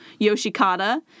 Yoshikata